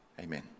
Amen